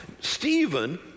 Stephen